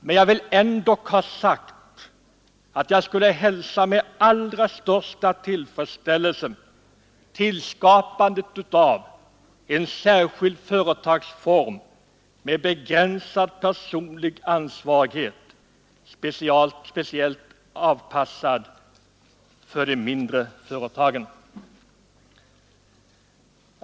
Men jag vill ändock ha sagt att jag skulle hälsa med allra största tillfredsställelse tillskapandet av en särskild företagsform med begränsad personlig ansvarighet, speciellt avpassad för de mindre företagen.